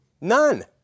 None